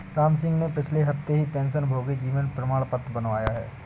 रामसिंह ने पिछले हफ्ते ही पेंशनभोगी जीवन प्रमाण पत्र बनवाया है